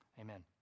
Amen